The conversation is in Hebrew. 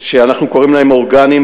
שאנחנו קוראים להם "אורגנים",